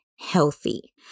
healthy